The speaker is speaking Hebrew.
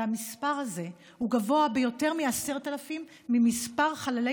והמספר הזה הוא גבוה ביותר מ-10,000 ממספר חללי